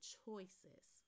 choices